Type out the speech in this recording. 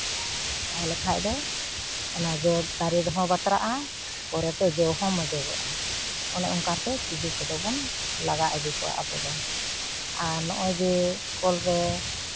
ᱛᱟᱦᱞᱮ ᱠᱷᱟᱡ ᱫᱚ ᱚᱱᱟ ᱡᱚ ᱫᱟᱨᱮ ᱦᱚᱸ ᱵᱟᱛᱨᱟᱜᱼᱟ ᱯᱚᱨᱮ ᱛᱮ ᱡᱚ ᱦᱚᱸ ᱢᱚᱡᱚᱜᱚᱜᱼᱟ ᱚᱱᱮ ᱚᱱᱠᱟᱛᱮ ᱛᱤᱸᱡᱩ ᱠᱚᱫᱚ ᱵᱚᱱ ᱞᱟᱸᱜᱟ ᱤᱫᱤ ᱠᱚᱣᱟ ᱟᱵᱚ ᱫᱚ ᱟᱨ ᱱᱚᱜᱼᱚᱭ ᱡᱮ ᱠᱚᱞᱨᱮ